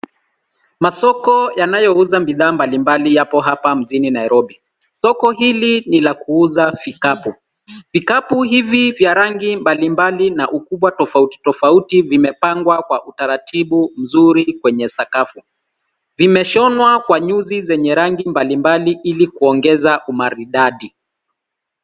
Masoko yanayouza bidhaa mbalimbali yapo hapa mjini Nairobi. Soko hili ni la kuuza vikapu. Vikapu hivi vya rangi mbalimbali na ukubwa tofauti tofauti vimepangwa kwa utaratibu mzuri kwenye sakafu. Vimeshonwa kwa nyuzi zenye rangi mbalimbali ili kuongeza umaridadi.